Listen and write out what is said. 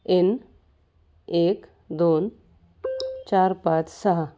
N एक दोन चार पाच सहा